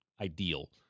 ideal